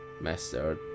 Master